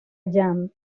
yang